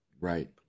Right